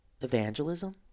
evangelism